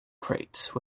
crate